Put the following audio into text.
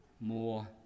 more